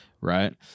right